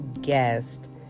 guest